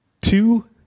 two